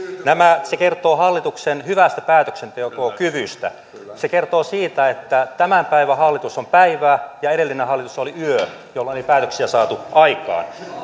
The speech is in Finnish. se kertoo hallituksen hyvästä päätöksentekokyvystä se kertoo siitä että tämän päivän hallitus on päivä ja edellinen hallitus oli yö jolloin ei päätöksiä saatu aikaan